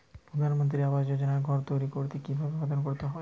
প্রধানমন্ত্রী আবাস যোজনায় ঘর তৈরি করতে কিভাবে আবেদন করতে হবে?